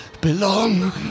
belong